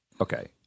Okay